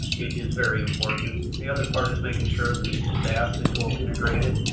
is very important. the other part is making sure the staff is well integrated,